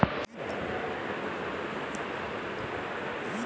Money transfer कैसे किया जा सकता है?